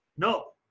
No